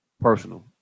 personal